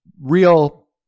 real